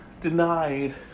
denied